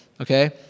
okay